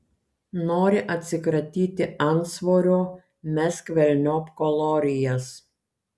nori atsikratyti antsvorio mesk velniop kalorijas